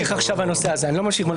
אני לא ממשיך עכשיו בנושא הזה.